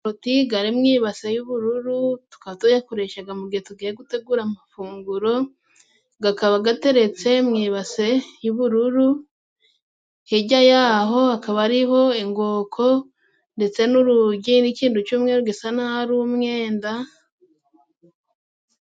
Amakaroti gari mu ibasi y'ubururu tukaba tuyakoreshaga mu gihe tugiye gutegura amafunguro. Gakaba gateretse mu ibase y'ubururu. Hirya yaho hakaba hariho ingoko ndetse n'urugi n'ikindi cy'umweru gisa na ho ari umwenda.